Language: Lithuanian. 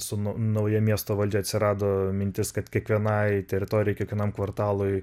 su nu nauja miesto valdžia atsirado mintis kad kiekvienai teritorijai kiekvienam kvartalui